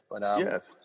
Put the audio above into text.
Yes